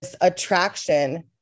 attraction